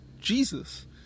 Jesus